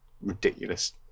ridiculous